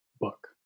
book